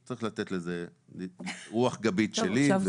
צריך לתת לזה רוח גבי שלי --- טוב,